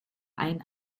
ein